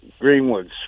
Greenwood's